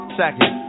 second